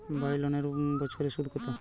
বাড়ি লোনের বছরে সুদ কত?